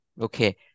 okay